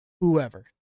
whoever